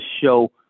show